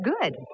good